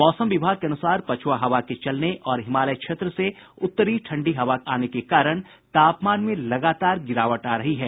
मौसम विभाग के अनुसार पछुआ हवा के चलने और हिमालय क्षेत्र से उत्तरी ठंडी हवा आने के कारण तापमान में लगातार गिरावट आ रही है